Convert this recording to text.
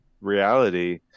reality